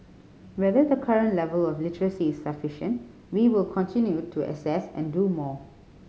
whether the current level of literacy is sufficient we will continue to assess and do more